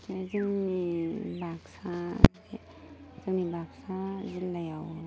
जोंनि बाक्सा जोंनि बाक्सा जिल्लायाव